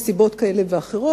מסיבות כאלה ואחרות,